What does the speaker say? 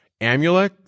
Amulek